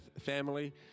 family